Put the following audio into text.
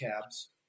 cabs